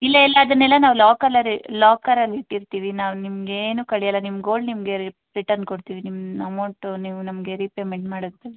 ಇಲ್ಲ ಇಲ್ಲ ಅದನ್ನೆಲ್ಲ ನಾವು ಲಾಕಲರ ಲಾಕರಲ್ಲಿ ಇಟ್ಟಿರ್ತೀವಿ ನಾವು ನಿಮಗೇನೂ ಕಳೆಯಲ್ಲ ನಿಮ್ಮ ಗೋಲ್ಡ್ ನಿಮಗೆ ರಿ ರಿಟನ್ ಕೊಡ್ತೀವಿ ನಿಮ್ಮ ಅಮೌಂಟು ನೀವು ನಮಗೆ ರಿಪೇಮೆಂಟ್ ಮಾಡಿದ ಮೇಲೆ